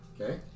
Okay